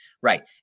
right